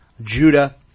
Judah